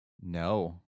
No